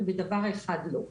ובדבר אחד לא.